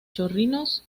chorrillos